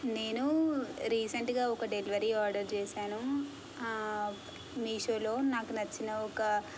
నేను రీసెంట్గా ఒక డెలివరీ ఆర్డర్ చేసాను మీషోలో నాకు నచ్చిన ఒక